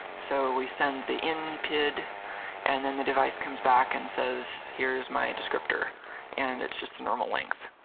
so we send the in pid and then the device comes back and says here's my descriptor and it's just a normal length.